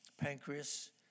pancreas